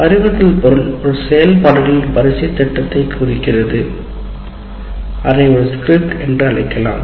அறிவுறுத்தல் பொருள் ஒரு செயல்பாடுகளின் வரிசை திட்டத்தை குறிக்கிறது அதை ஒரு ஸ்கிரிப்ட் என்று அழைக்கலாம்